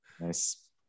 Nice